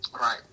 Right